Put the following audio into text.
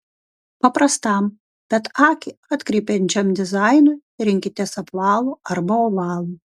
paprastam bet akį atkreipiančiam dizainui rinkitės apvalų arba ovalų